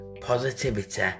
Positivity